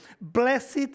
Blessed